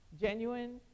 genuine